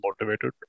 motivated